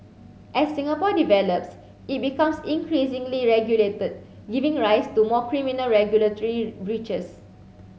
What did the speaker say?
as Singapore develops it becomes increasingly regulated giving rise to more criminal regulatory breaches